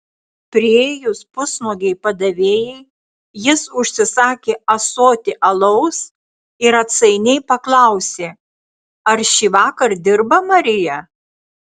priėjus pusnuogei padavėjai jis užsisakė ąsotį alaus ir atsainiai paklausė ar šįvakar dirba marija